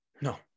No